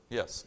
Yes